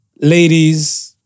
Ladies